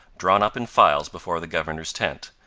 drawn up in files before the governor's tent,